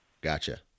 gotcha